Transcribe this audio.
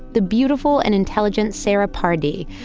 the beautiful and intelligent sarah pardee.